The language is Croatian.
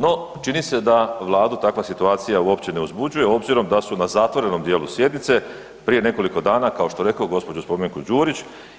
No čini se da vladu takva situacija uopće ne uzbuđuje obzirom da su na zatvorenom dijelu sjednice prije nekoliko dana kao što rekoh gđu. Spomenku Đurić